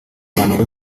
mpanuro